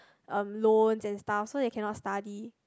um loans and stuff so they cannot study